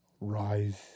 Rise